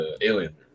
Alien